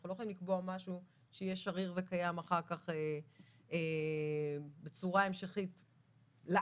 אנחנו לא יכולים לקבוע משהו שיהיה שריר וקיים אחר כך בצורה המשכית לעד,